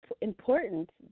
important